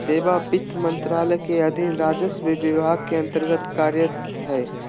सेवा वित्त मंत्रालय के अधीन राजस्व विभाग के अन्तर्गत्त कार्यरत हइ